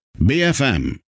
BFM